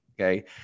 Okay